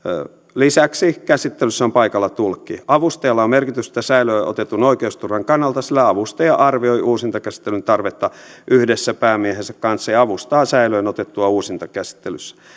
lisäksi käsittelyssä on paikalla tulkki avustajalla on merkitystä säilöön otetun oikeusturvan kannalta sillä avustaja arvioi uusintakäsittelyn tarvetta yhdessä päämiehensä kanssa ja avustaa säilöön otettua uusintakäsittelyssä